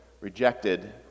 rejected